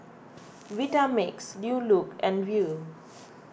Vitamix New Look and Viu